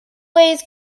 waves